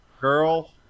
girl